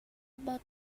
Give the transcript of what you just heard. about